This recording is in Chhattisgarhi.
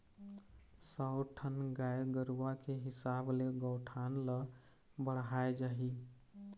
सौ ठन गाय गरूवा के हिसाब ले गौठान ल बड़हाय जाही